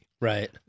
Right